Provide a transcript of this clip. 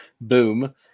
Boom